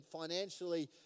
financially